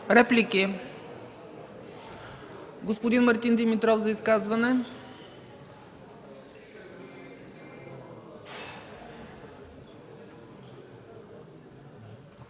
Реплики? Господин Мартин Димитров – за изказване.